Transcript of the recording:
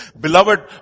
beloved